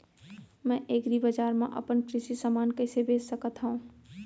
मैं एग्रीबजार मा अपन कृषि समान कइसे बेच सकत हव?